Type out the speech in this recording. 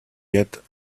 yet